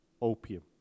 opium